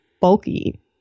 bulky